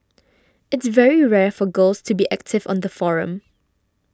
it's very rare for girls to be active on the forum